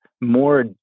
more